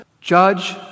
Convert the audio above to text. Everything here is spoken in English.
judge